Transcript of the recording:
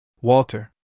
Walter